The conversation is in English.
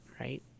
right